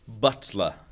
Butler